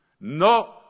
No